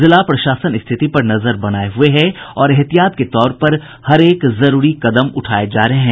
जिला प्रशासन स्थिति पर नजर बनाये हुये है और एहतियात के तौर पर हरेक जरूरी कदम उठाये जा रहे है